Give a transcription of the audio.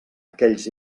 aquells